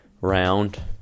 round